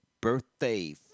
Birthday